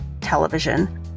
television